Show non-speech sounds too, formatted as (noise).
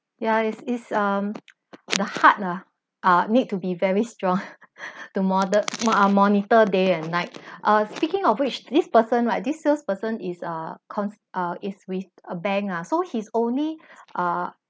yeah it's it's um the heart lah uh need to be very strong (laughs) to model uh monitor day and night uh speaking of which this person right this salesperson is uh cons~ uh is with a bank ah so he's only err